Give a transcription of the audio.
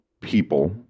people